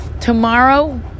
Tomorrow